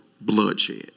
bloodshed